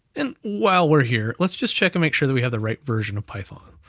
and while we're here, let's just check, and make sure that we have the right version of python.